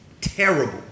Terrible